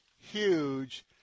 huge